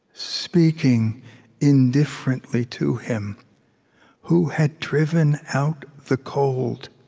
speaking indifferently to him who had driven out the cold